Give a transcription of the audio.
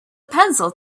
pencil